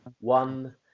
one